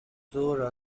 zora